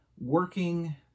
working